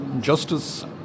justice